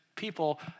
People